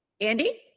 Andy